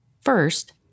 First